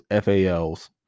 FALs